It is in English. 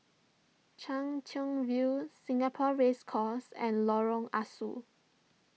Chwee Chian View Singapore Race Course and Lorong Ah Soo